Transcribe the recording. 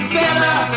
better